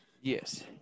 Yes